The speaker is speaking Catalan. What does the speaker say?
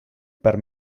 per